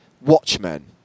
Watchmen